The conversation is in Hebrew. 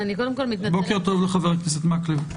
בוקר טוב לחבר הכנסת מקלב.